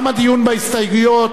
גם הדיון בהסתייגויות,